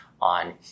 on